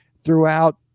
throughout